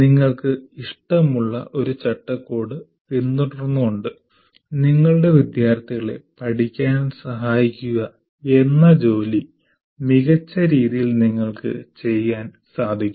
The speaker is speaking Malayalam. നിങ്ങൾക്ക് ഇഷ്ടമുള്ള ഒരു ചട്ടക്കൂട് പിന്തുടർന്നുകൊണ്ട് നിങ്ങളുടെ വിദ്യാർത്ഥികളെ പഠിക്കാൻ സഹായിക്കുക എന്ന ജോലി മികച്ച രീതിയിൽ നിങ്ങൾക്ക് ചെയ്യാൻ സാധിക്കും